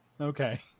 Okay